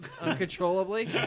Uncontrollably